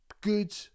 Good